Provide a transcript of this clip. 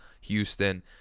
houston